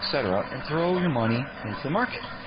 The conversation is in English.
cetera, and throw your money into the market?